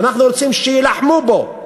ואנחנו רוצים שיילחמו בו.